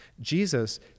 Jesus